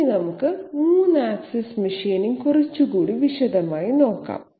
ഇനി നമുക്ക് 3 axis machining കുറച്ചുകൂടി വിശദമായി നോക്കാം